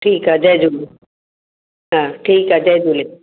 ठीकु आहे जय झूले हा ठीकु आहे जय झूले